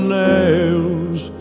nails